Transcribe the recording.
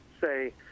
say